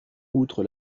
outre